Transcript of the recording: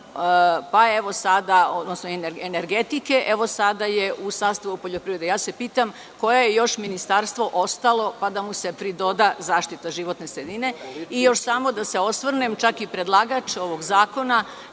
urbanizma, odnosno energetike, evo sada je u sastavu poljoprivrede. Pitam se koje je još ministarstvo ostalo, pa da mu se pridoda zaštita životne sredine. Još samo da se osvrnem, čak i predlagač ovog zakona,